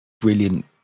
brilliant